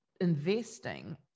investing